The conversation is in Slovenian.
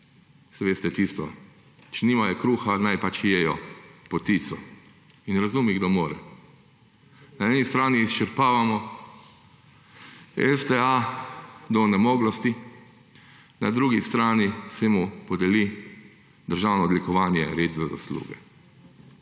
saj veste tisto, če nimajo kruha, naj pač jejo potico. In razumi kdo more. Na eni strani izčrpavamo STA do onemoglosti, na drugi strani se jim podeli državno odlikovanje, red za zasluge.